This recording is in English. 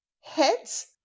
heads